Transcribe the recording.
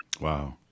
wow